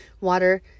Water